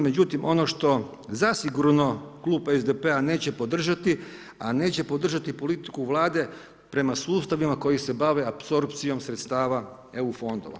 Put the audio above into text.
Međutim, ono što zasigurno klub SDP-a neće podržati, a neće podržati politiku Vlade prema sustavima koji se bave apsorpcijom sredstava EU fondova.